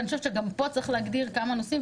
ואני חושבת שגם פה צריך להגדיר כמה נושאים,